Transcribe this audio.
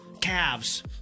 calves